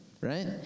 right